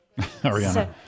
Ariana